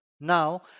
Now